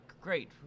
great